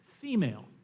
female